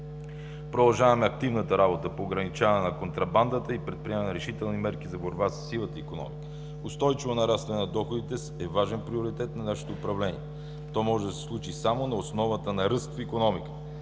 Продължаваме активната работа по ограничаване на контрабандата и предприемане на решителни мерки за борба със сивата икономика. Устойчивото нарастване на доходите е важен приоритет на нашето управление. То може да се случи само на основата на ръст в икономиката.